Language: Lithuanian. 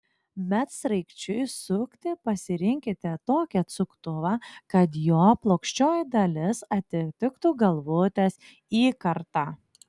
medsraigčiui sukti pasirinkite tokį atsuktuvą kad jo plokščioji dalis atitiktų galvutės įkartą